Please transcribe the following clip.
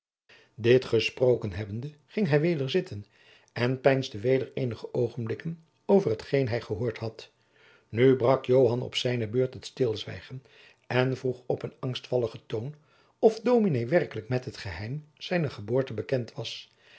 dit gesproken hebbende ging hij weder zitten en peinsde weder eenige oogenblikken over hetgeen hij gehoord had nu brak joan op zijne beurt het stilzwijgen en vroeg op een angstvalligen toon of dominé werkelijk met het geheim zijner geboorte bekend was